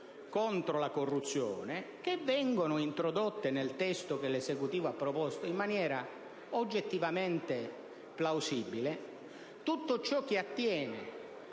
Grazie,